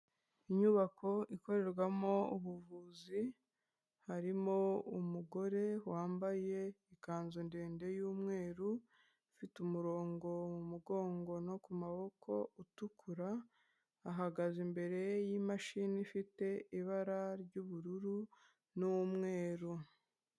Inyubako ikorerwamo ubuvuzi, harimo umugore wambaye ikanzu ndende yu'mweru, ifite umurongo mu mugongo no kumaboko utukura ,ahagaze imbere y'imashini ifite ibara ry'ubururu n'umweru.